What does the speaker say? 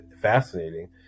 fascinating